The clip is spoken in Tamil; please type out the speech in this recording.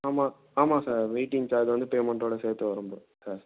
ஆமாம் ஆமாம் சார் வெயிட்டிங் சார்ஜ் வந்து பேமெண்ட்டோடு சேர்ந்து வரும் சார்